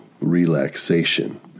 relaxation